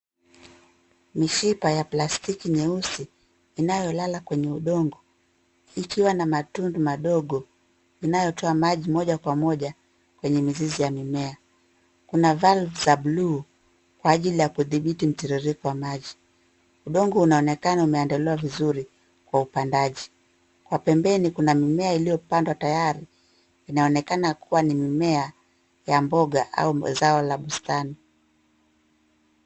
Mishipa ya plastiki nyeusi inayolala kwenye udongo ikiwa na matundu madogo inayotoa maji moja kwa moja kwenye mizizi ya mimea. Kuna valve za buluu Kwa ajili ya kudhibiti mtiririko wa maji. Udongo unaonekana umeandaliwa vizuri Kwa upandaji .Kwa pembeni kuna mimea iliyopandwa tayari inaonekana kuwa ni mimea ya mboga au zao la bustani.